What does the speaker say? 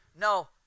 No